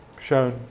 shown